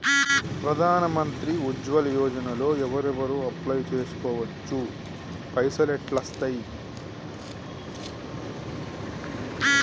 ప్రధాన మంత్రి ఉజ్వల్ యోజన లో ఎవరెవరు అప్లయ్ చేస్కోవచ్చు? పైసల్ ఎట్లస్తయి?